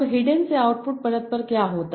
अब हिडन से आउटपुट परत पर क्या होता है